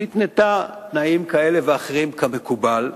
שהתנתה תנאים כאלה ואחרים כמקובל,